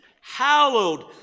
hallowed